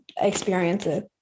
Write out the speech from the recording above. experiences